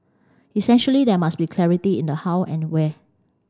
essentially there must be clarity in the how and where